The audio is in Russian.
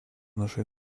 нашей